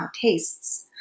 tastes